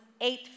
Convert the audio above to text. eight